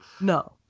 No